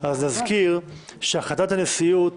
נזכיר שהחלטת הנשיאות